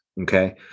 Okay